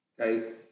Okay